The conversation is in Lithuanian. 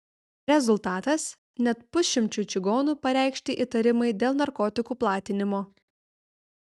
rezultatas net pusšimčiui čigonų pareikšti įtarimai dėl narkotikų platinimo